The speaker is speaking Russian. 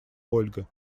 ольга